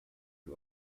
who